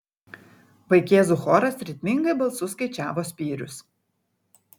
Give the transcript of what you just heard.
vaikėzų choras ritmingai balsu skaičiavo spyrius